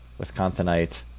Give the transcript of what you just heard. Wisconsinite